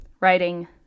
writing